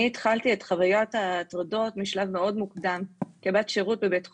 אני התחלתי את חווית ההטרדות משלב מאוד מוקדם כבת שירות בבית חולים,